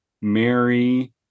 mary